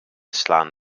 slaan